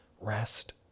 rest